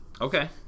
Okay